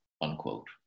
unquote